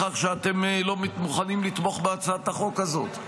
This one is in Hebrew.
בכך שאתם לא מוכנים לתמוך בהצעת החוק הזאת.